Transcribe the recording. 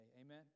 Amen